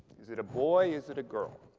is it a boy? is it a girl?